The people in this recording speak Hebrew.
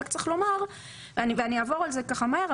אני אעבור על זה מהר,